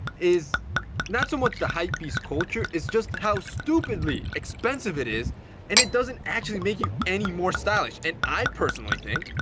is not so much the hype beast culture it's just how stupidly expensive it is and it doesn't actually make you any more stylish. and i personally think,